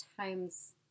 times